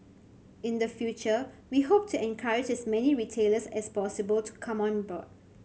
in the future we hope to encourage as many retailers as possible to come on board